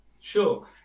sure